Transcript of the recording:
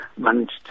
managed